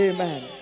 Amen